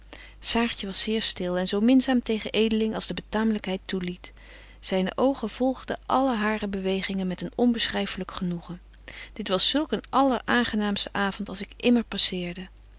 saartje was zeer stil en zo minzaam tegen edeling als de betaamlykheid toeliet zyne oogen volgden alle hare bewegingen met een onbeschryfelyk genoegen dit was zulk een alleraangenaamste avond als ik immer passeerde